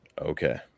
okay